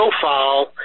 profile